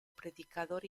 predicador